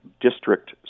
district